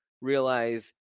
realize